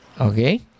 Okay